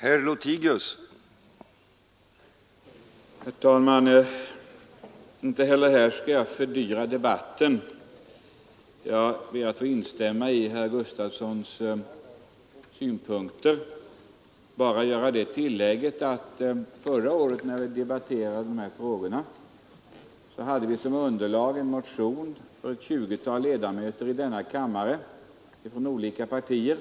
Herr talman! Inte heller här skall jag fördyra debatten. Jag ber att få instämma i herr Gustafsons synpunkter och bara göra det tillägget att förra året när vi debatterade denna fråga hade vi som underlag en motion från ett tjugotal ledamöter av denna kammare representerande olika partier.